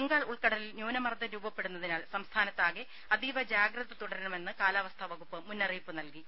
ബംഗാൾ ഉൾക്കടലിൽ ന്യൂനമർദ്ദം രൂപപ്പെടുന്നതിനാൽ സംസ്ഥാനത്താകെ അതീവ ജാഗ്രത തുടരണമെന്ന് കാലാവസ്ഥാ വകുപ്പ് മുന്നറിയിപ്പ് നൽകി